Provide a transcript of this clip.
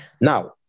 Now